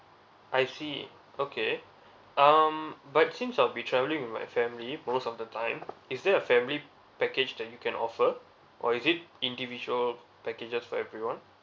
I see okay um but since I'll be travelling with my family most of the time is there a family package that you can offer or is it individual packages for everyone